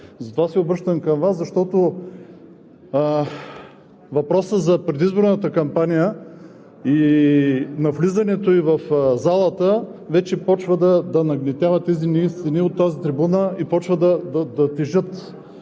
Затова се обръщам към Вас, защото въпросът за предизборната кампания и навлизането ѝ в залата вече започва да нагнетява тези неистини от трибуната и започват да тежат